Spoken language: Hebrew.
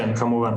כמובן.